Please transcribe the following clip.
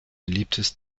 beliebtes